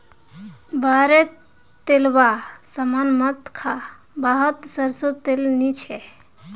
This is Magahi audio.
बाहर रे तेलावा सामान मत खा वाहत सरसों तेल नी छे